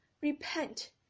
Repent